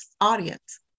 audience